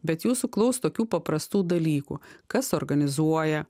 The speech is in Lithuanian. bet jūsų klaus tokių paprastų dalykų kas organizuoja